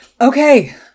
Okay